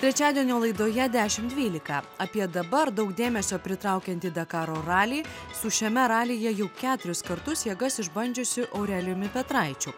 trečiadienio laidoje dešim dvylika apie dabar daug dėmesio pritraukiantį dakaro ralį su šiame ralyje jau keturius kartus jėgas išbandžiusiu aurelijumi petraičiu